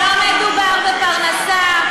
לא מדובר בפרנסה,